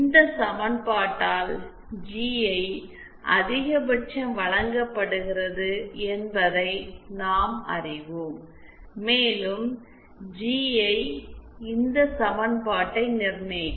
இந்த சமன்பாட்டால் ஜிஐ அதிகபட்சம் வழங்கப்படுகிறது என்பதை நாம் அறிவோம் மேலும் ஜிஐ இந்த சமன்பாட்டை நிர்ணயிக்கும்